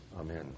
Amen